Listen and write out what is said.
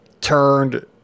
turned